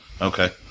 Okay